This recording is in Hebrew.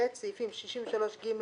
(ב)סעיפים 63ג,